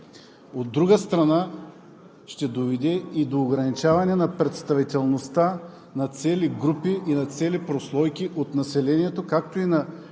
От друга страна, ще доведе и до ограничаване на представителността на цели групи и на цели прослойки от населението, както и